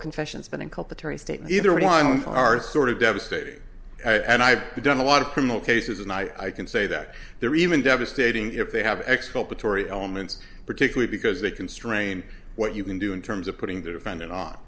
confession spending culpa terry state neither one of them are sort of devastating and i've done a lot of criminal cases and i can say that they're even devastating if they have exculpatory elements particularly because they constrain what you can do in terms of putting the defendant on